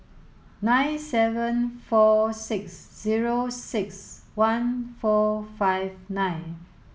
nine seven four six zero six one four five nine